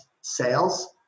sales